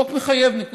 החוק מחייב, נקודה,